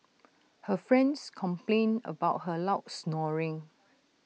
her friends complained about her loud snoring